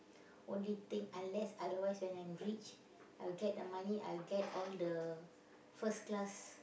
only thing unless otherwise when I'm rich I'll get the money I'll get all the first class